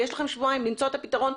יש לכם שבועיים למצוא את הפתרון,